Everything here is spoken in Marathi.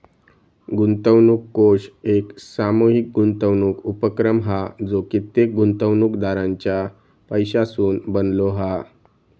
गुंतवणूक कोष एक सामूहीक गुंतवणूक उपक्रम हा जो कित्येक गुंतवणूकदारांच्या पैशासून बनलो हा